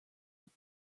have